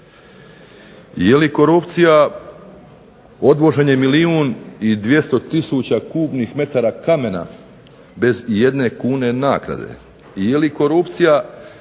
Jeli korupcija odvoženje milijun i 200 tisuća kubnih metara kamena bez ijedne kune naknade?